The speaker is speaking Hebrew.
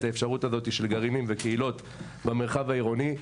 האפשרות הזאת של גרעינים וקהילות במרחב העירוני.